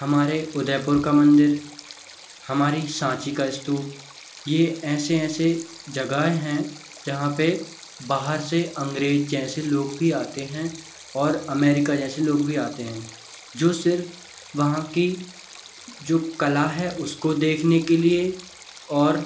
हमारे उदयपुर का मंदिर हमारी साँची का स्तूप ये ऐंसे ऐंसे जगहें हैं जहाँ पर बाहर से अंग्रेज़ जैंसे लोग भी आते हैं और अमेरिका जैसे लोग भी आते हैं जो सिर्फ़ वहाँ की जो कला है उसको देखने के लिए और